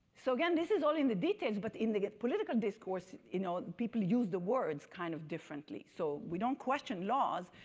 so, again, this is only the details. but in the political discourse, you know people use the words kind of differently. so, we don't question laws,